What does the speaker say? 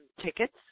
tickets